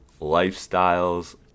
Lifestyles